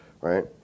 right